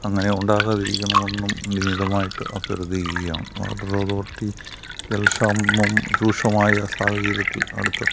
അങ്ങനെ ഉണ്ടാകാതിരിക്കണമെന്നും വിനീതമായിട്ട് അഭ്യർത്ഥിക്കുകയാണ് വാട്ടർ അതോറിറ്റി ജലക്ഷാമം രൂക്ഷമായ സാഹചര്യത്തിൽ അടുത്ത